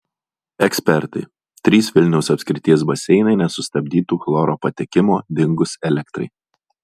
ekspertai trys vilniaus apskrities baseinai nesustabdytų chloro patekimo dingus elektrai